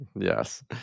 Yes